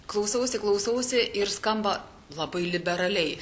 klausausi klausausi ir skamba labai liberaliai